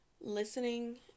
listening